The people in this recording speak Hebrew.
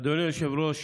אדוני היושב-ראש,